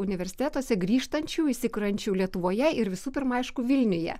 universitetuose grįžtančių įsikuriančių lietuvoje ir visų pirma aišku vilniuje